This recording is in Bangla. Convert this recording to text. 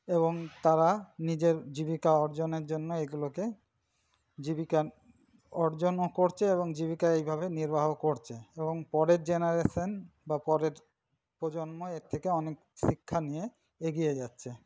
এবং তারা নিজের জীবিকা অর্জনের জন্য এগুলোকে জীবিকা অর্জনও করছে এবং জীবিকা এইভাবে নির্বাহ করছে এবং পরের জেনারেশন বা পরের প্রজন্ম এর থেকে অনেক শিক্ষা নিয়ে এগিয়ে যাচ্ছে